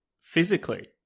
physically